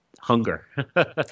hunger